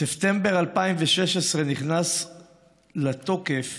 בספטמבר 2016 נכנס לתוקף